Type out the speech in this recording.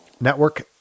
Network